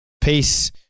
Peace